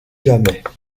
jamais